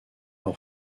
leur